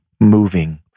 moving